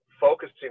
focusing